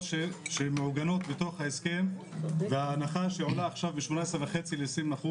שמעוגנות בהסכם וההנחה שעולה עכשיו מ-18.5% ל-20%,